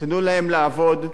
תנו להם לעבוד.